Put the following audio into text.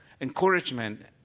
Encouragement